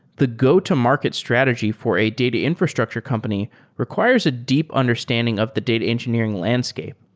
the go-to-market strategy for a data infrastructure company requires a deep understanding of the data engineering landscape.